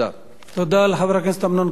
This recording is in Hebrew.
תודה לחבר הכנסת אמנון כהן.